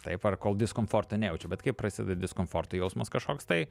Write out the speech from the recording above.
taip ar kol diskomforto nejaučia bet kai prasideda diskomforto jausmas kažkoks tai